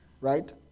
Right